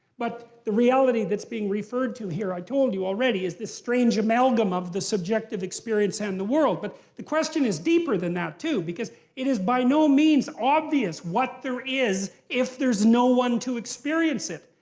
but, the reality that's being referred to here, i told you already, is the strange amalgam of the subjective experience and the world. but the question is deeper than that too, because it is by no means obvious what there is if there's no one to experience it.